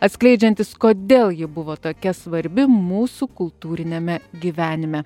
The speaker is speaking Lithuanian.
atskleidžiantis kodėl ji buvo tokia svarbi mūsų kultūriniame gyvenime